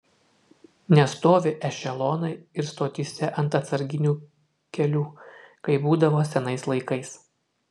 nestovi ešelonai ir stotyse ant atsarginių kelių kaip būdavo senais laikais